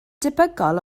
debygol